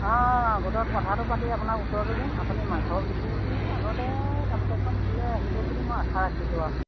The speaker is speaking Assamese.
অঁ আগতে কথাাটো পাতি আপোনাক উত্তৰতো দিম আপুনি মাঘৰ বিহু আগতে গামোচাকেইখন নিবলৈ আহিব বুলি মই আশা ৰাখিলোঁ আৰু